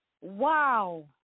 Wow